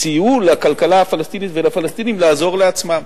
סייעו לכלכלה הפלסטינית ולפלסטינים לעזור לעצמם,